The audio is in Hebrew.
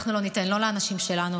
אנחנו לא ניתן לא לאנשים שלנו,